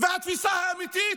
והתפיסה האמיתית,